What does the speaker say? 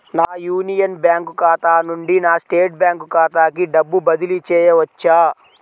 నా Union Bank ఖాతా నుండి నా స్టేట్ బ్యాంకు ఖాతాకి డబ్బు బదిలి చేయవచ్చా?